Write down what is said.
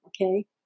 Okay